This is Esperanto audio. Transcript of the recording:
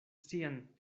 sian